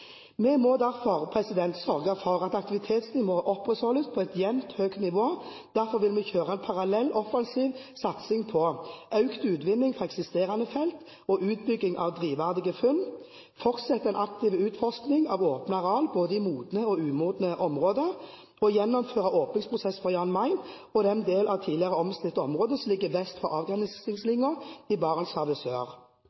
Vi må derfor sørge for at aktivitetsnivået opprettholdes på et jevnt høyt nivå. Derfor vil vi kjøre en parallell offensiv satsing på å øke utvinningen fra eksisterende felt og utbygging av drivverdige funn å fortsette en aktiv utforskning av åpnet areal, både i modne og umodne områder, og å gjennomføre åpningsprosessene for Jan Mayen og den del av tidligere omstridt område som ligger vest for